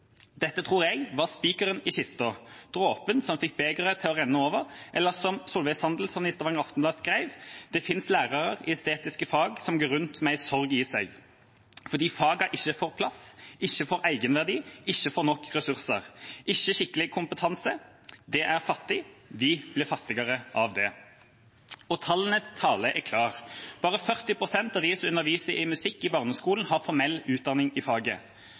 Dette tror jeg var spikeren i kista, dråpen som fikk begeret til å renne over. Eller som Solveig Sandelson i Stavanger Aftenblad skrev: «Det finst lærarar i estetiske fag som går rundt med ei sorg i seg. Fordi faga ikkje får plass, ikkje får eigenverdi, ikkje får nok ressursar, ikkje skikkeleg kompetanse. Det er fattig. Vi blir fattigare av det.» Og tallenes tale er klar: Bare 40 pst. av dem som underviser i musikk i barneskolen, har formell utdanning i faget.